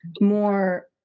more